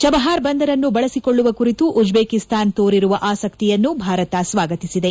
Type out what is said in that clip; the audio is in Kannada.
ಚಬಹಾರ್ ಬಂದರನ್ನು ಬಳಸಿಕೊಳ್ಳುವ ಕುರಿತು ಉಜ್ಬೇಕಿಸ್ತಾನ್ ತೋರಿರುವ ಆಸಕ್ತಿಯನ್ನು ಭಾರತ ಸ್ವಾಗತಿಸಿದೆ